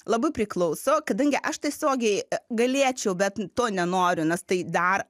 labai priklauso kadangi aš tiesiogiai galėčiau bet to nenoriu nes tai dar